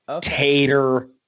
tater